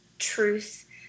truth